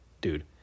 dude